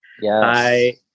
Yes